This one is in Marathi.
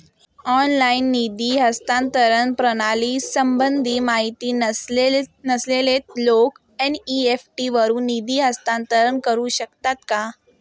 ऑनलाइन निधी हस्तांतरण प्रणालीसंबंधी माहिती नसलेले लोक एन.इ.एफ.टी वरून निधी हस्तांतरण करू शकतात का?